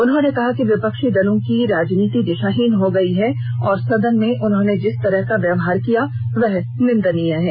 उन्होंने कहा कि विपक्षी दलों की राजनीति दिशाहीन हो गई है और सदन में उन्होंने जिस तरह का व्यवहार किया वह निंदनीय है